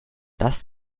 das